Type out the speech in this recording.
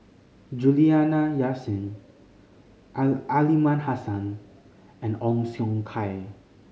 Juliana Yasin Aliman Hassan and Ong Siong Kai